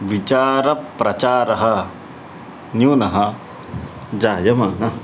विचारप्रचारः न्यूनः जायमानः